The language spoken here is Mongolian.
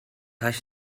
нааш